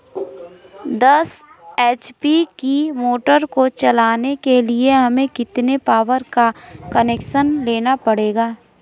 दस एच.पी की मोटर को चलाने के लिए हमें कितने पावर का कनेक्शन लेना पड़ेगा?